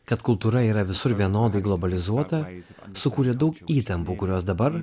kad kultūra yra visur vienodai globalizuota sukūrė daug įtampų kurios dabar